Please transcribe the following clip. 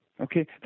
Okay